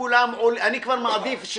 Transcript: אני כבר מעדיף,